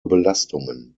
belastungen